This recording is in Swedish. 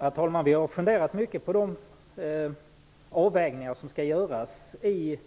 Herr talman! Vi har funderat mycket på de avvägningar som skall göras i